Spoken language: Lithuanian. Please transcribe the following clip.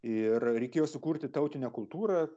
ir reikėjo sukurti tautinę kultūrą